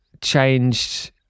changed